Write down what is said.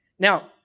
Now